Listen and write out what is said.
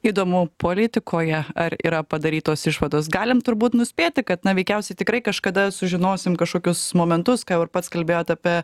įdomu politikoje ar yra padarytos išvados galim turbūt nuspėti kad na veikiausiai tikrai kažkada sužinosim kažkokius momentus ką jau ir pats kalbėjot apie